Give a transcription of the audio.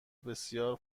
بسیار